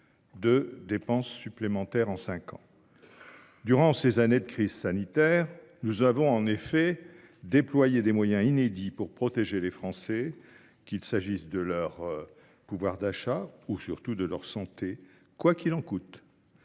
de dépenses supplémentaires en cinq ans ! Durant ces années de crise sanitaire, nous avons déployé des moyens inédits pour protéger les Français, qu’il s’agisse de leur pouvoir d’achat ou de leur santé, « quoi qu’il en coûte